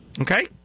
Okay